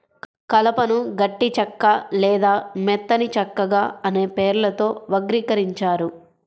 కలపను గట్టి చెక్క లేదా మెత్తని చెక్కగా అనే పేర్లతో వర్గీకరించారు